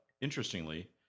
interestingly